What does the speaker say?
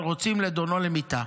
ורוצים לדונו למיתה.